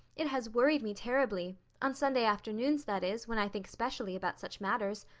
it has worried me terribly on sunday afternoons, that is, when i think specially about such matters.